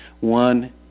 one